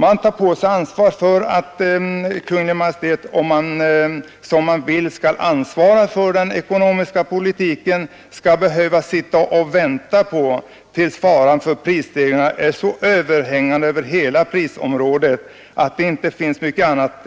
Man tar på sitt ansvar att Kungl. Maj:t, som man vill skall ansvara för den ekonomiska politiken, skall behöva sitta och vänta tills faran för prisstegringar är så överhängande på hela prisområdet att det inte finns mycket annat